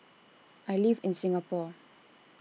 I live in Singapore